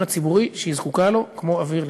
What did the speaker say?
הציבורי שהיא זקוקה לו כמו אוויר לנשימה.